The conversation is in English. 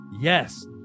yes